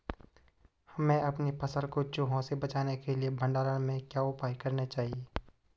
हमें अपनी फसल को चूहों से बचाने के लिए भंडारण में क्या उपाय करने चाहिए?